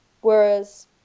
Whereas